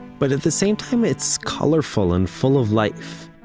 but at the same time, it's colorful and full of life.